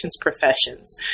professions